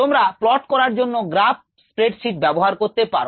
তোমরা প্লট করার জন্য গ্রাফ স্প্রেডশিট ব্যবহার করতে পারো